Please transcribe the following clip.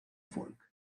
folk